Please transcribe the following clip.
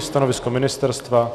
Stanovisko ministerstva?